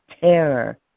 terror